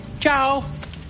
Ciao